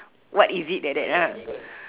what is it like that lah